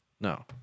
no